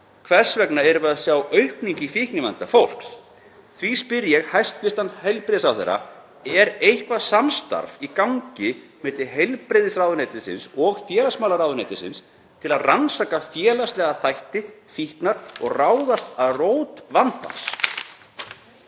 hvers vegna við erum að sjá aukningu í fíknivanda fólks. Því spyr ég hæstv. heilbrigðisráðherra: Er eitthvert samstarf í gangi milli heilbrigðisráðuneytisins og félagsmálaráðuneytisins til að rannsaka félagslega þætti fíknar og ráðast að rót vandans?